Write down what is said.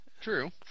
True